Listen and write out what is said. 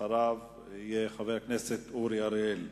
אחריו יהיה חבר הכנסת אורי אריאל.